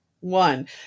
One